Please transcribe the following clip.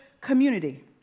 community